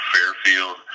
Fairfield